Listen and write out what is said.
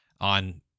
on